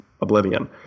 Oblivion